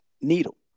Needle